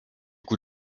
coup